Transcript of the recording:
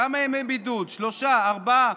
כמה ימי בידוד, שלושה, ארבעה?